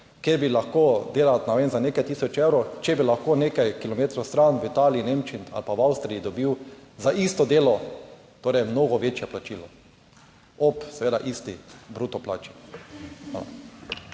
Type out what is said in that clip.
kjer bi lahko delali, ne vem, za nekaj 1000 evrov, če bi lahko nekaj kilometrov stran v Italiji, Nemčiji ali pa v Avstriji dobil za isto delo torej mnogo večje plačilo ob seveda isti bruto plači.